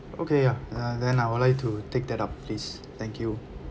okay ya uh then I would like to take that up please thank you